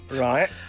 Right